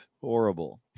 horrible